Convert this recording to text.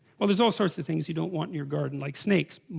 well there's all sorts of things you don't want your garden like snakes,